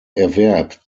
erwerb